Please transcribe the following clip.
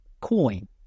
coin